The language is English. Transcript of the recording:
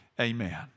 amen